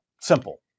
Simple